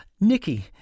Nicky